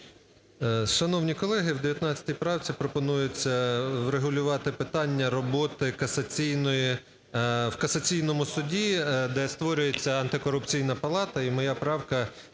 Шановні колеги, в 19 правці пропонується врегулювати питання роботи касаційної… в касаційному суді, де створюється Антикорупційна палата,